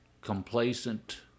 complacent